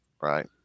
Right